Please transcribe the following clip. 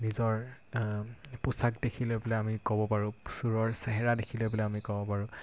নিজৰ পোচাক দেখিলে বোলে আমি ক'ব পাৰোঁ চুৰৰ চেহেৰা দেখিলে বোলে আমি ক'ব পাৰোঁ